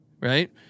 right